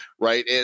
right